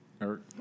Eric